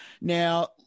Now